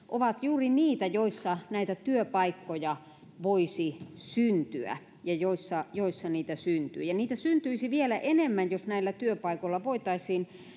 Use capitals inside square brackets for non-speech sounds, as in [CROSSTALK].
[UNINTELLIGIBLE] ovat juuri niitä joissa näitä työpaikkoja voisi syntyä ja joissa joissa niitä syntyy ja niitä syntyisi vielä enemmän jos näillä työpaikoilla voitaisiin [UNINTELLIGIBLE]